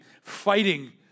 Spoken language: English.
fighting